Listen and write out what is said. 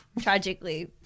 tragically